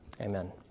Amen